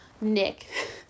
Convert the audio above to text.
Nick